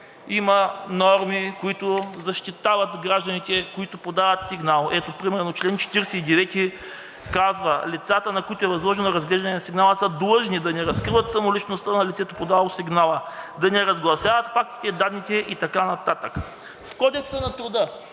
има норми, които защитават гражданите, които подават сигнал. Примерно чл. 49 казва: „Лицата, на които е възложено разглеждане на сигнала, са длъжни да не разкриват самоличността на лицето, подало сигнала, да не разгласяват фактите и данните...“ и така нататък. В Кодекса на труда,